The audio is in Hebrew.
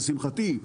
לשמחתי,